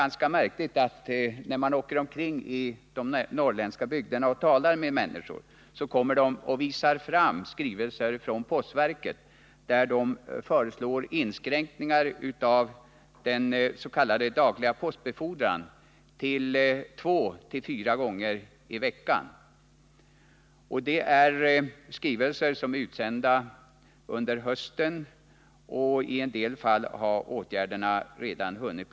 När man åker omkring i de norrländska bygderna och talar med människor visar de fram skrivelser från postverket, i vilka inskränkningar i den s.k. dagliga postbefordran till två eller fyra gånger i veckan föreslås. Det är skrivelser som är utsända under hösten, och i en del fall har åtgärderna redan vidtagits.